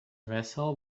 vessel